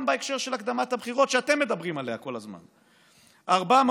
גם בהקשר של הקדמת הבחירות שאתם מדברים עליה כל הזמן: "400